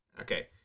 Okay